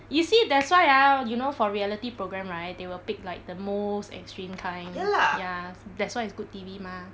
you see that's why ah you know for reality programme right they will pick like the most extreme kind ya that's why it's good T_V mah